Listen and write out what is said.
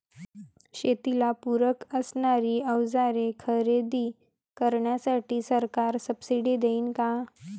शेतीला पूरक असणारी अवजारे खरेदी करण्यासाठी सरकार सब्सिडी देईन का?